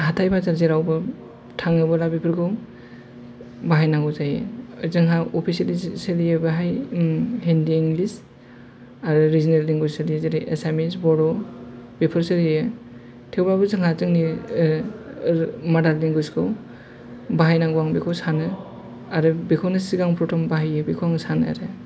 हाथाइ बाजार जेरावबो थाङोबोला बेफोरखौ बाहायनांगौ जायो जोंहा अफिसिशियेलि सोलियो बेहाय हिन्दी इंलिस आरो रिजनाल लेंगुवेज सोलियो जेरै एसामिस बर' बेफोर सलियो थेवबाबो जोंहा जोंनि मादार लेंगुवेसखौ बाहायनांगौ आं बेखौ सानो आरो बेखौनो सिगां प्रथम बाहायो आं बेखौनो सानो आरो